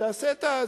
תשנה.